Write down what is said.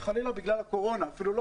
ולא בגלל הממשלה,